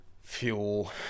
fuel